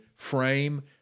frame